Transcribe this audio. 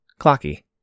Clocky